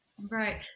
Right